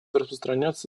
распространяться